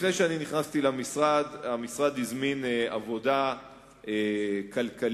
לפני שנכנסתי למשרד, המשרד הזמין עבודה כלכלית